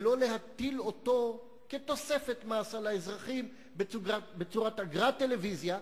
ולא להטיל אותו כתוספת מס על האזרחים בצורת אגרת טלוויזיה.